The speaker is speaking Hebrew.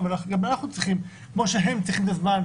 אבל כמו שהם צריכים את הזמן